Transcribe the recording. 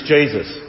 Jesus